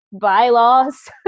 bylaws